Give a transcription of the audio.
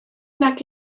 nag